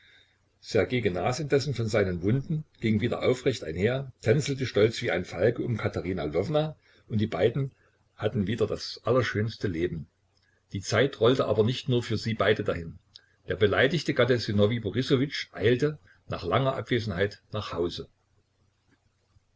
ssergej genas indessen von seinen wunden ging wieder aufrecht einher tänzelte stolz wie ein falke um katerina lwowna und die beiden hatten wieder das allerschönste leben die zeit rollte aber nicht nur für sie beide dahin der beleidigte gatte sinowij borissowitsch eilte nach langer abwesenheit nach hause